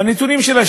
עם הנתונים שלה,